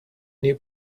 new